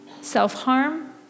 self-harm